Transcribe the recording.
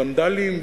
ונדלים,